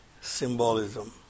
symbolism